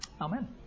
Amen